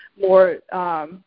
more